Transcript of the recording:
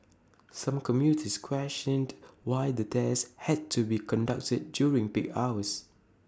some commuters questioned why the tests had to be conducted during peak hours